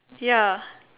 ya